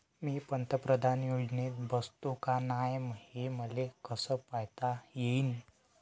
मी पंतप्रधान योजनेत बसतो का नाय, हे मले कस पायता येईन?